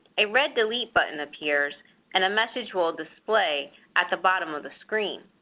a red delete button appears and a message will display at the bottom of the screen.